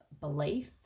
belief